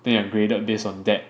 then you're graded based on that